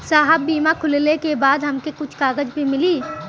साहब बीमा खुलले के बाद हमके कुछ कागज भी मिली?